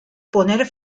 poner